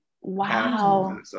Wow